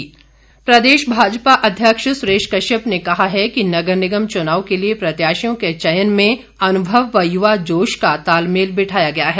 सुरेश कश्यप प्रदेश भाजपा अध्यक्ष सुरेश कश्यप ने कहा है कि नगर निगम चुनाव के लिए प्रत्याशियों के चयन में अनुभव व युवा जोश का तालमेल बैठाया गया है